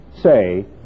say